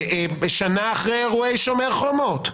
שנה אחרי אירועי שומר חומות,